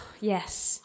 yes